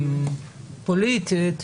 פוליטית,